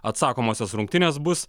atsakomosios rungtynės bus